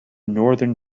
northern